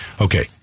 Okay